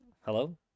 hello